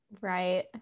Right